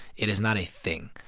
it is not a thing,